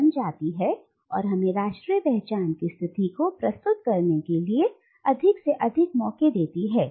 हमारी संस्कृति पहचान तब परिवर्तन की एक गतिशील प्रक्रिया बन जाती है और हमें राष्ट्रीय पहचान की स्थिति को प्रस्तुत करने के लिए अधिक से अधिक मौके देती है